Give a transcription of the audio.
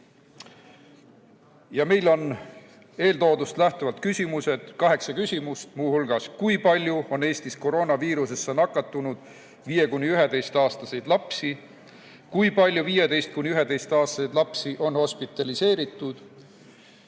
Meil on eeltoodust lähtuvalt kaheksa küsimust, muu hulgas: kui palju on Eestis koroonaviirusesse nakatunud 5–11‑aastaseid lapsi? Kui palju 5–11‑aastaseid lapsi on hospitaliseeritud?